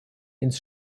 ins